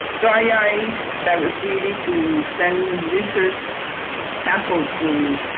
dry ice that was needed to send research samples to